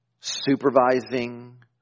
supervising